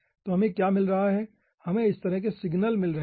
तो हमें क्या मिल रहा है हमें इस तरह के सिग्नल मिल रहे हैं